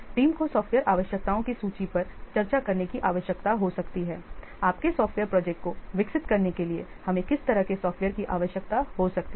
team को software आवश्यकताओं की सूची पर चर्चा करने की आवश्यकता हो सकती है आपके सॉफ़्टवेयर प्रोजेक्ट को विकसित करने के लिए हमें किस तरह के सॉफ़्टवेयर की आवश्यकता हो सकती है